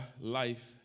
life